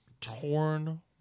torn